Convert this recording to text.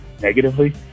negatively